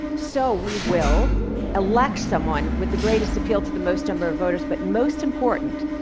so, we will elect someone with the greatest appeal to the most number of voters. but most important,